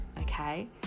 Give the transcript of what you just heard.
okay